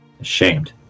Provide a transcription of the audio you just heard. ashamed